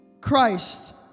Christ